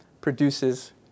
produces